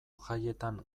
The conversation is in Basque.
jaietan